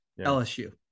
LSU